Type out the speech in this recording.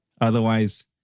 Otherwise